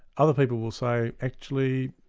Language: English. other people will say, actually,